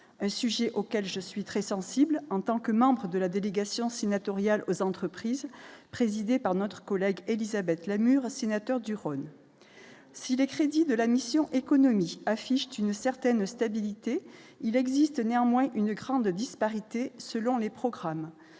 un sujet auquel je suis très sensible en tant que membre de la délégation sénatoriale aux entreprises présidée par notre collègue Élisabeth Lamure, sénateur du Rhône, si les crédits de la mission économie affichait une certaine stabilité, il existe néanmoins une grande disparité selon les programmes,